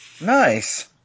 nice